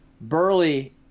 Burley –